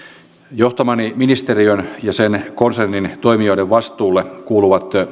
johtamani ministeriön ja sen konsernin toimijoiden vastuulle kuuluvat